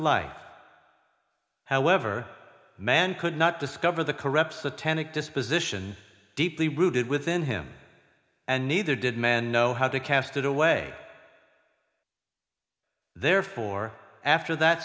life however man could not discover the correct satanic disposition deeply rooted within him and neither did men know how to cast it away therefore after that